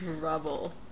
trouble